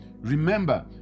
remember